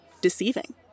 deceiving